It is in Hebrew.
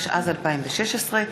התשע"ז 2016,